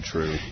True